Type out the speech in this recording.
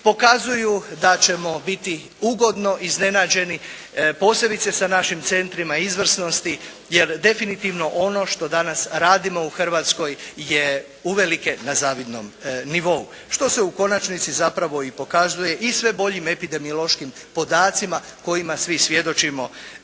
pokazuju da ćemo biti ugodno iznenađeni posebice sa našim centrima izvrsnosti, jer definitivno ono što danas radimo u Hrvatskoj je uvelike na zavidnom nivou što se u konačnici zapravo i pokazuje i sve boljim epidemiološkim podacima kojima svi svjedočimo